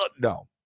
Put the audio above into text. no